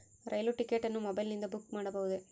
ರೈಲು ticket ಅನ್ನು ಮೊಬೈಲಿಂದ book ಮಾಡಬಹುದೆ?